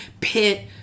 pit